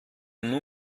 nur